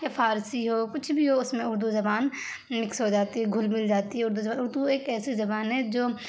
یا فارسی ہو کچھ بھی ہو اس میں اردو زبان مکس ہو جاتی ہے گھل مل جاتی ہے اردو زبان اردو ایک ایسی زبان ہے جو